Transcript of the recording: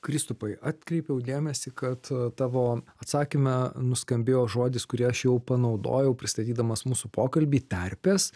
kristupai atkreipiau dėmesį kad tavo atsakyme nuskambėjo žodis kurį aš jau panaudojau pristatydamas mūsų pokalbį terpės